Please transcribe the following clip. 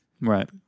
Right